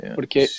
Porque